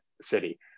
city